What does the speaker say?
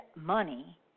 money